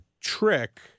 trick